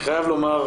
אני חייב לומר,